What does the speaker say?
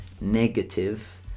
negative